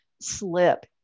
slip